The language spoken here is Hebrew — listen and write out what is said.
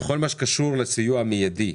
בכל מה שקשור לסיוע מיידי,